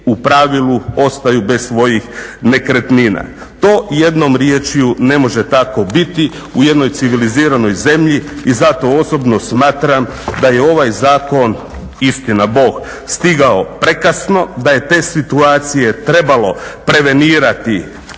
u pravilu ostaju bez svojih nekretnina. To jednom riječju ne može tako biti u jednoj civiliziranoj zemlji i zato osobno smatram da je ovaj zakon istina Bog stigao prekasno, da je te situacije trebalo prevenirati